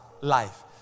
Life